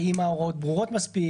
האם ההוראות ברורות מספיק?